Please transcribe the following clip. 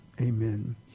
Amen